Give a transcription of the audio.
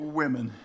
women